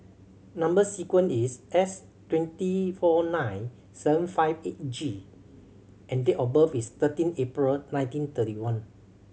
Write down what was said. number sequence is S twenty four nine seven five eight G and date of birth is thirteen April nineteen thirty one